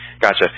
gotcha